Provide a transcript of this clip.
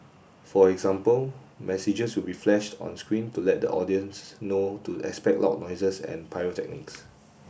for example messages will be flashed on screen to let the audiences know to expect loud noises and pyrotechnics